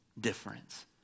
difference